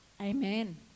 amen